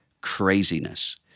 craziness